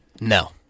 No